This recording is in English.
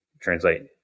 translate